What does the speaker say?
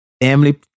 Family